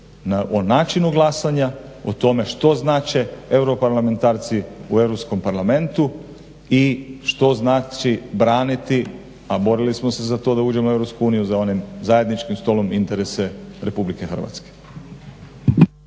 o načinu glasanja, o tome što znače europarlamentarci u EU parlamentu i što znači braniti, a borili smo se za to da uđemo u EU za onim zajendičkim stolom interese RH.